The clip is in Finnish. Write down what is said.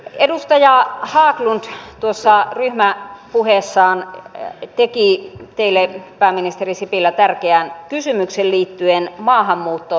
edustaja haglund tuossa ryhmäpuheessaan teki teille pääministeri sipilä tärkeän kysymyksen liittyen maahanmuuttoon